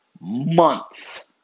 Months